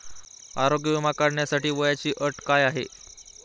आरोग्य विमा काढण्यासाठी वयाची अट काय आहे?